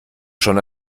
schon